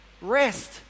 Rest